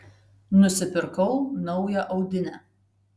nusipirkau naują audinę